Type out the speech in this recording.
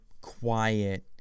quiet